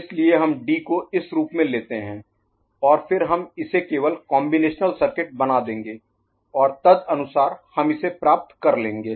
इसलिए हम डी को इस रूप में लेते हैं और फिर हम इसे केवल कॉम्बिनेशनल सर्किट बना देंगे और तदनुसार हम इसे प्राप्त कर लेंगे